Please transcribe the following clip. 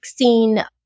16